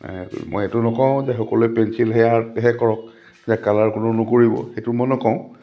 মই এইটো নকওঁ যে সকলোৱে পেঞ্চিলহে আৰ্টহে কৰক যে কালাৰ কোনেও নকৰিব সেইটো মই নকওঁ